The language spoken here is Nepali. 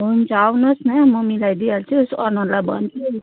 हुन्छ आउनुहोस् न म मिलाइदिइहाल्छु अनरलाई भन्छु